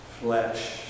flesh